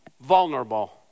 vulnerable